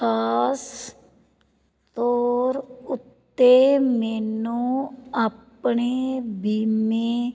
ਖਾਸ ਤੌਰ ਉੱਤੇ ਮੈਨੂੰ ਆਪਣੇ ਬੀਮੇ